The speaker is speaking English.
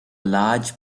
large